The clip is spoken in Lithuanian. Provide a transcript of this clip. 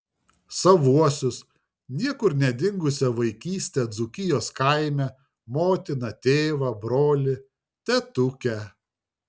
savuosius niekur nedingusią vaikystę dzūkijos kaime motiną tėvą brolį tetukę